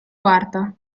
quarta